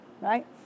right